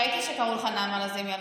ראיתי שקראו לך נעמה לזימי,